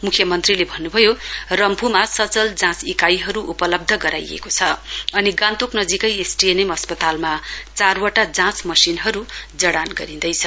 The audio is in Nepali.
मुख्यमन्त्रीले भन्नुभयो रम्फूमा सचल जाँच इकाइहरु उपलब्ध गराइएको छ अनि गान्तोक नजीकै एसटीएनएम अस्पतालमा चारवटा जाँच मशिनहरु जड़ान गरिँदैछ